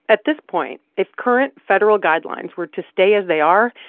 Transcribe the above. at this point, if current federal guidelines were to stay as they are,